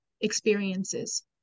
experiences